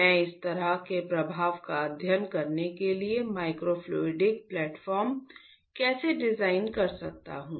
मैं इस तरह के प्रभाव का अध्ययन करने के लिए माइक्रोफ्लूडिक प्लेटफॉर्म कैसे डिजाइन कर सकता हूं